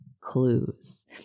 clues